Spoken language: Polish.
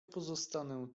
pozostanę